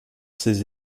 ses